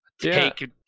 Take